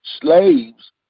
slaves